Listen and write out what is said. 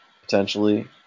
potentially